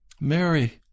mary